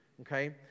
Okay